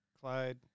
Clyde